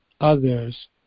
others